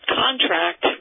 contract